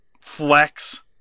flex